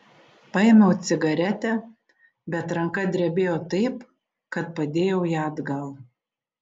paėmiau cigaretę bet ranka drebėjo taip kad padėjau ją atgal